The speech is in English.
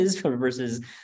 versus